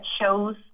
shows